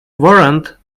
warrant